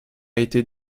été